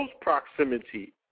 proximity